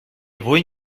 voi